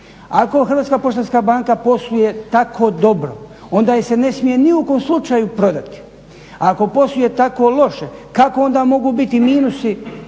bonuse. Ako HPB posluje tako dobro onda je se ne smije ni u kom slučaju prodati. A ako posluje tako loše kako onda mogu biti bonusi